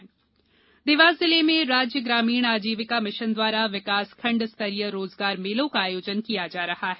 रोजगार मेला देवास जिले में राज्य ग्रामीण आजीविका मिशन द्वारा विकासखंड स्तरीय रोजगार मेलों का आयोजन किया जा रहा है